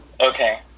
Okay